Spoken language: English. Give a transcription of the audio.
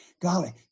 Golly